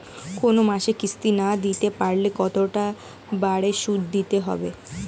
কোন মাসে কিস্তি না দিতে পারলে কতটা বাড়ে সুদ দিতে হবে?